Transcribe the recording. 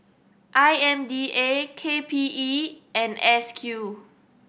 I M D A K P E and S Q